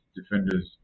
defenders